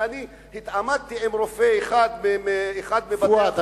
אני התעמתתי עם רופא אחד באחד מבתי-החולים,